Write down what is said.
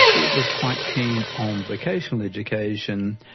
it was quite keen on vocational education.